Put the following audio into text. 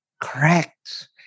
Correct